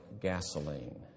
gasoline